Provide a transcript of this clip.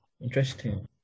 Interesting